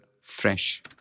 fresh